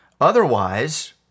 Otherwise